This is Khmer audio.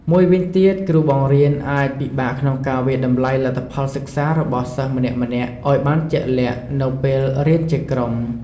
មួយវិញទៀតគ្រូបង្រៀនអាចពិបាកក្នុងការវាយតម្លៃលទ្ធផលសិក្សារបស់សិស្សម្នាក់ៗឲ្យបានជាក់លាក់ នៅពេលរៀនជាក្រុម។